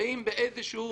שנמצאים באיזושהי